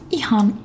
ihan